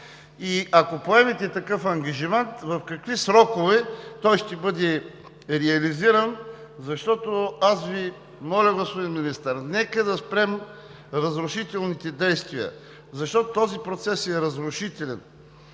ако поемете такъв ангажимент, в какви срокове той ще бъде реализиран? Аз Ви моля, господин Министър, нека да спрем разрушителните действия. Този процес е разрушителен.